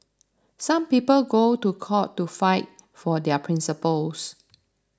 some people go to court to fight for their principles